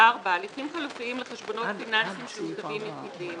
הליכים חלופיים לחשבונות פיננסיים של מוטבים יחידים